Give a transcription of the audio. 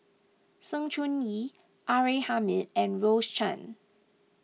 Sng Choon Yee R A Hamid and Rose Chan